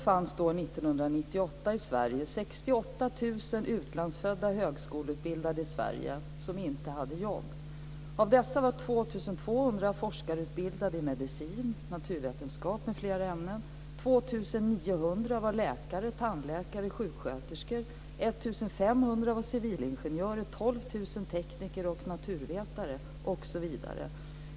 Fru talman! Enligt SCB fanns 1998 i Sverige 12 000 tekniker och naturvetare osv.